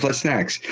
but snacks.